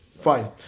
Fine